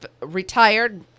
retired